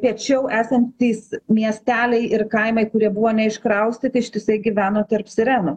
piečiau esantys miesteliai ir kaimai kurie buvo neiškraustyti ištisai gyveno tarp sirenų